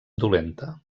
dolenta